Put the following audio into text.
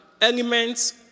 elements